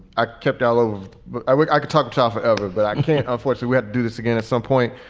i kept ah alive. but i wish i could talk tough ever, but i can't. unfortunate we had to do this again at some point.